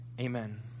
Amen